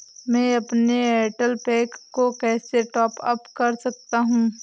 मैं अपने एयरटेल पैक को कैसे टॉप अप कर सकता हूँ?